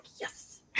yes